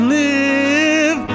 live